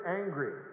angry